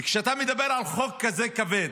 וכשאתה מדבר על חוק כזה כבד,